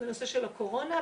בנושא של הקורונה,